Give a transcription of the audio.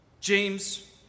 James